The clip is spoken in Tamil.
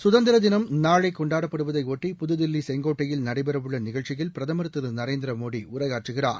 சுதந்திர தினம் நாளை கொண்டாடப்படுவதையொட்டி புதுதில்லி செங்கோட்டையில் நடைபெறவுள்ள நிகழ்ச்சியில் பிரதமர் திரு நரேந்திர மோடி உரையாற்றுகிறார்